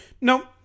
No